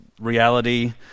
reality